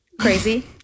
crazy